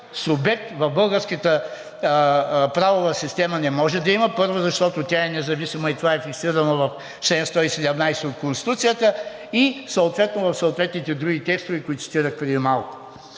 субект в българската правова система не може да има. Първо, защото тя е независима и това е фиксирано в чл. 117 от Конституцията, и съответно в други текстове, които цитирах преди малко.